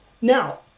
Now